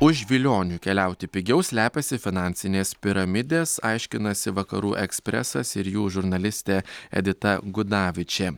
už vilionių keliauti pigiau slepiasi finansinės piramidės aiškinasi vakarų ekspresas ir jo žurnalistė edita gudavičė